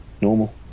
normal